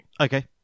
Okay